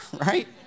right